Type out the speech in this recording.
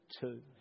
two